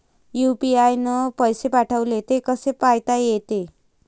UPI न पैसे पाठवले, ते कसे पायता येते?